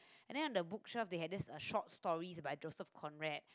and then on the bookshelf they had this uh short stories by Joseph Conrad